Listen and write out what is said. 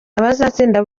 abazatsinda